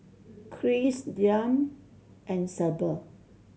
Kris Deeann and Sable